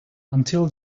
until